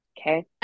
Okay